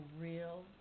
real